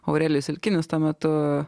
aurelijus silkinis tuo metu